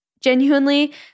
genuinely